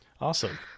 Awesome